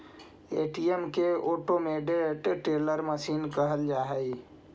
ATM के automated teller machine कहल जा हइ